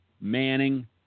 Manning